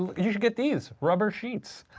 you should get these. rubber sheets.